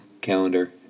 calendar